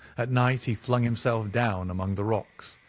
at night he flung himself down among the rocks,